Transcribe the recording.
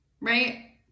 Right